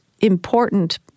important